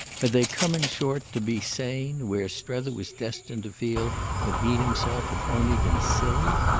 had they come in short to be sane where strether was destined to feel that he himself had only been silly?